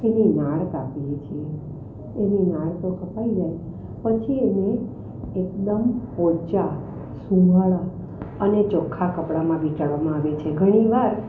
એની નાળ કાપીએ છીએ એની નાળ તો કપાઈ જાય પછી એને એકદમ પોચાં સુંવાળા અને ચોખ્ખા કપડામાં વીંટાળવામાં આવે છે ઘણી વાર